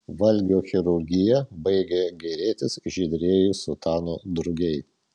valgio chirurgija baigė gėrėtis žydrieji sutanų drugiai